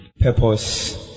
purpose